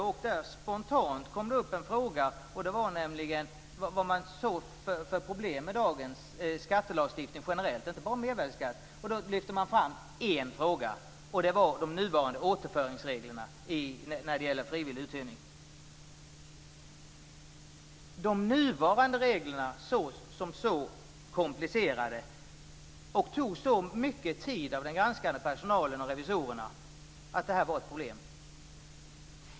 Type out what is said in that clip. Där kom det spontant upp en fråga om vad man såg för problem med dagens skattelagstiftning rent generellt och inte bara när det gällde mervärdesskatt. Då lyfte man fram en fråga. Det var de nuvarande återföringsreglerna vid frivillig uthyrning. De nuvarande reglerna sågs som så komplicerade och tog så mycket tid av den granskande personalen och revisorerna att det var ett problem.